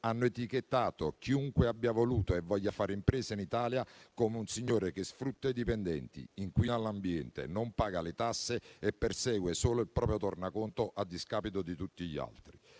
hanno etichettato chiunque abbia voluto e voglia fare impresa in Italia come un signore che sfrutta i dipendenti, inquina l'ambiente, non paga le tasse e persegue solo il proprio tornaconto a discapito di tutti gli altri.